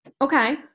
Okay